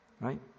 right